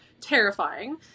terrifying